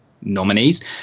nominees